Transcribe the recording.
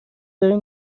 دارین